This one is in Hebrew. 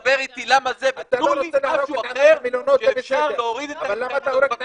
לדבר איתי למה זה ו תנו לי משהו אחר שאפשר להוריד את ה